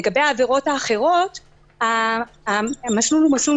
לגבי העבירות האחרות המסלול הוא מסלול